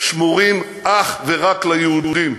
שמורים אך ורק ליהודים,